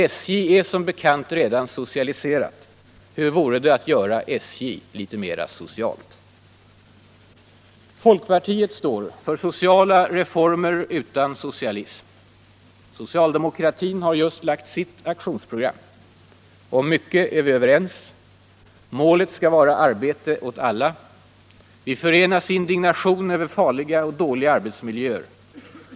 SJ är som bekant redan socialiserat — hur vore det att göra SJ litet mer socialt? Folkpartiet står för sociala reformer utan socialism. Socialdemokratin har just lagt fram sitt aktionsprogram. Om mycket är vi överens. Målet skall vara arbete åt alla. Vi förenas i indignation över farliga och dåliga arbetsmiljöer.